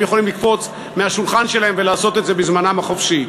הם יכולים לקפוץ מהשולחן שלהם ולעשות את זה בזמנם החופשי.